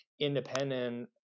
independent